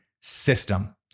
system